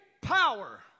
power